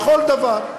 בכל דבר.